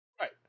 Right